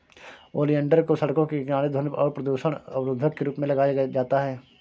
oleander को सड़कों के किनारे ध्वनि और प्रदूषण अवरोधक के रूप में लगाया जाता है